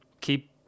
keep